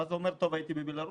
ואז הוא אומר: הייתי בבלרוס,